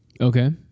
Okay